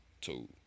Two